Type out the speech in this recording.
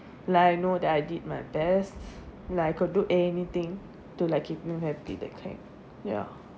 like I know that I did my best like I could do anything to like keep him happy that kind ya